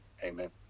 Amen